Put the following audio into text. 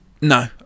No